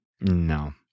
No